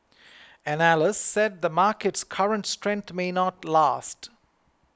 analysts said the market's current strength may not last